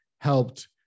helped